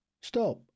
stop